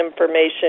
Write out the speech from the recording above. information